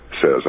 says